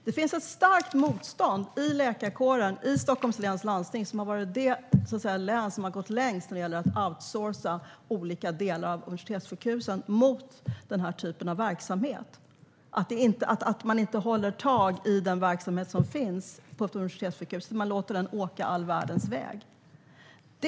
Det finns ett starkt motstånd i läkarkåren i Stockholms läns landsting, som har varit det län som har gått längst när det gäller att outsourca olika delar av universitetssjukhusen mot denna typ av verksamhet. Det finns ett motstånd mot att man inte håller tag i den verksamhet som finns på ett universitetssjukhus utan låter den åka all världens väg.